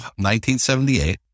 1978